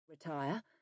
Retire